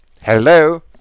Hello